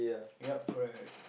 ya correct